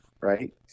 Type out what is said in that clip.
right